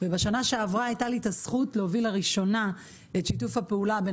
ובשנה שעברה הייתה לי הזכות להוביל לראשונה את שיתוף הפעולה בין